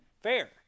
Fair